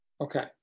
Okay